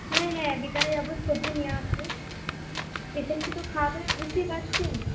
হ্যাঁ হ্যাঁ বিকেলে যাব সবজি নিয়ে আসব পেশেন্টকে তো খাওয়াতে হবে বুঝতেই পারছেন